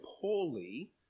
poorly